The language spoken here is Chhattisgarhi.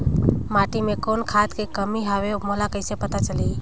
माटी मे कौन खाद के कमी हवे मोला कइसे पता चलही?